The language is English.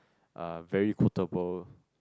uh very quotable